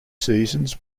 seasons